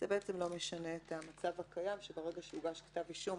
זה בעצם לא משנה את המצב הקיים שברגע שהוגש כתב אישום